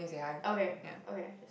okay okay